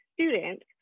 student